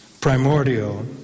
primordial